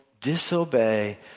disobey